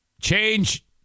change